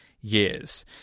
years